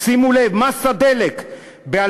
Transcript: שימו לב, מס הדלק ב-2015,